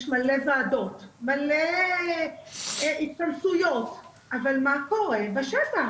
יש מלא ועדות, מלא התכנסויות, אבל מה קורה בשטח?